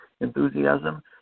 enthusiasm